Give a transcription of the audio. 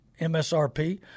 MSRP